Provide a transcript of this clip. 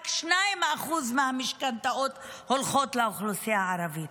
רק 2% מהמשכנתאות הולכות לאוכלוסייה הערבית.